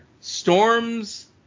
Storms